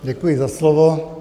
Děkuji za slovo.